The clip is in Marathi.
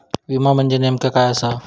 विमा म्हणजे नेमक्या काय आसा?